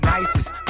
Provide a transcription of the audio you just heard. Nicest